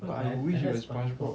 no I would wish it was spongebob